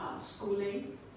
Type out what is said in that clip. schooling